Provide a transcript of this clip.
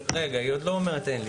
היא עוד לא אומרת "אין לי".